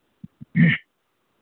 ᱦᱮᱸ